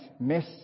miss